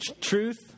truth